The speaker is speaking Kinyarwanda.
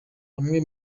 amwe